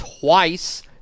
twice